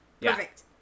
Perfect